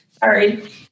Sorry